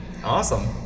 Awesome